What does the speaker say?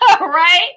Right